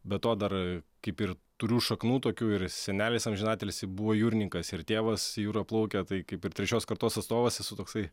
be to dar kaip ir turiu šaknų tokių ir senelis amžinatilsį buvo jūrininkas ir tėvas jūra plaukia tai kaip ir trečios kartos atstovas esu toksai